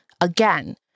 Again